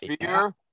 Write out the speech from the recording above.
fear